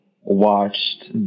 watched